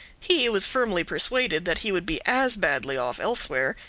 he was firmly persuaded that he would be as badly off elsewhere,